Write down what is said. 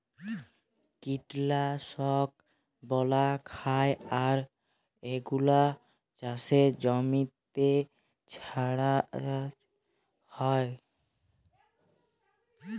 কীটলাশক ব্যলাক হ্যয় আর এগুলা চাসের জমিতে ছড়াল হ্য়য়